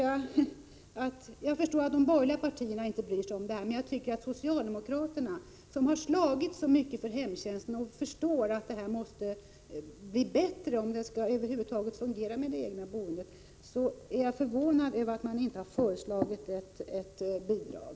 Jag förstår att de borgerliga partierna inte bryr sig om detta, men socialdemokraterna har ju slagits så mycket för hemtjänsten och inser att det måste bli bättre om idén med det egna boendet skall fungera över huvud taget, och jag är förvånad över att de inte föreslagit ett bidrag.